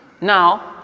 now